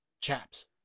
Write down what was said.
Chaps